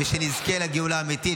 ושנזכה לגאולה אמיתית.